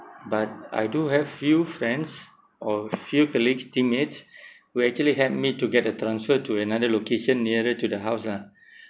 but I do have few friends or few colleagues teammates we actually had made to get a transfer to another location nearer to the house lah